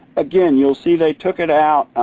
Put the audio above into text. again, you'll see they took it out,